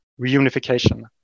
reunification